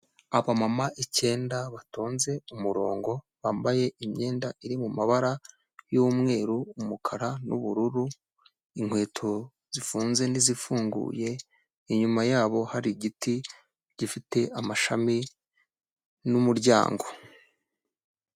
Abamama icyenda batonze umurongo, bambaye imyenda iri mu mabara y'umweru, umukara n'ubururu, inkweto zifunze n'izifunguye, inyuma yabo, hari igiti gifite amashami n'umuryango.